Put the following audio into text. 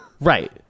Right